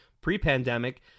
pre-pandemic